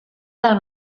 del